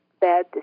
bad